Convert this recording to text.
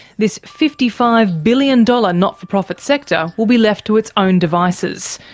this fifty five billion dollars not-for-profit sector will be left to its own devices.